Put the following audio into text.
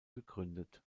gegründet